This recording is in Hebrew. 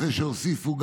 אחרי שהוסיפו,